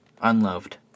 unloved